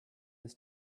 his